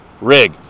rig